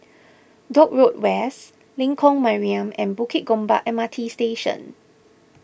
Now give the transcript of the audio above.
Dock Road West Lengkok Mariam and Bukit Gombak M R T Station